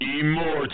immortal